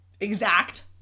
exact